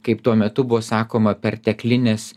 kaip tuo metu buvo sakoma perteklines